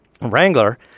Wrangler